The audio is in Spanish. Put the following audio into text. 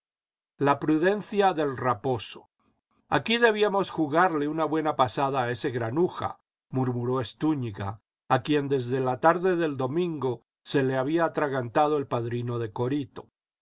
la prudencia del raposo aquí debíamos jugarle una buena pasada a ese granuja murmuró estúñiga a quien desde la tarde del domingo se le había atragantado el padrino de corito